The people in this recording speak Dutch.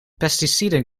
pesticiden